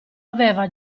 aveva